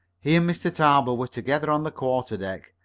he and mr. tarbill were together on the quarterdeck.